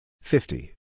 Fifty